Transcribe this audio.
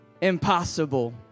impossible